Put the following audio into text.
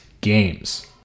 games